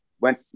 went